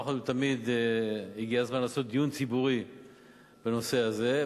שאחת ולתמיד הגיע הזמן לעשות דיון ציבורי בנושא הזה,